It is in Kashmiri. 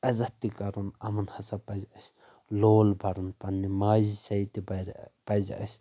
عزتھ تہِ کرُن یِمن ہسا پزِ اسہِ لول برُن پننہِ ماجہِ زیٚوِ پرِ پزِ اسہِ